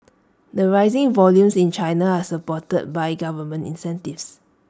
the rising volumes in China are supported by government incentives